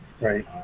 Right